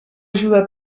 ajuda